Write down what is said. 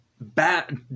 bad